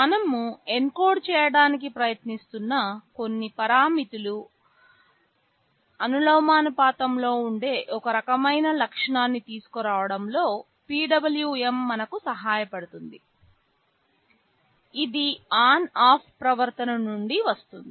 మనము ఎన్కోడ్ చేయడానికి ప్రయత్నిస్తున్న కొన్ని పారామితులుకి అనులోమానుపాతంలో ఉండే ఒక రకమైన లక్షణాన్ని తీసుకురావడంలో PWM మనకు సహాయపడుతుంది ఇది ఆన్ ఆఫ్ ప్రవర్తన నుండి వస్తుంది